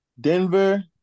Denver